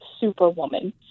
superwoman